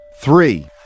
Three